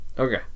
Okay